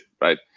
right